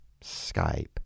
Skype